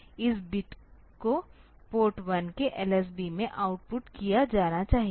तो B इस bit को पोर्ट 1 के LSB में आउटपुट किया जाना चाहिए